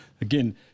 Again